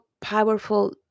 powerful